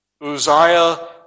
Uzziah